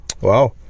Wow